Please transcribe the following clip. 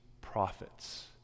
prophets